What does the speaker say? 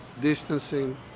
distancing